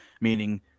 meaning